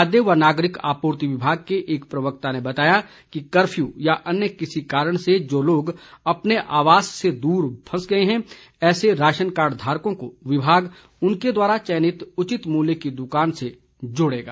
खाद्य व नागरिक आपूर्ति विभाग के एक प्रवक्ता ने बताया है कि कर्फ्यू या अन्य किसी कारण से जो लोग अपने आवास से दूर फंस गए हैं ऐसे राशनकार्ड धारकों को विभाग उनके द्वारा चयनित उचित मूल्य की दुकान से जोड़ेगा